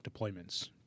deployments